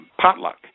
potluck